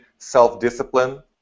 self-discipline